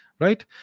right